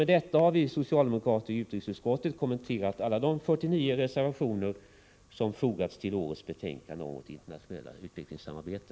Med detta har vi socialdemokrater i utrikesutskottet kommenterat alla de 49 reservationer som fogats till årets betänkande om vårt internationella utvecklingssamarbete.